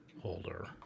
holder